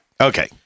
Okay